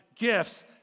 gifts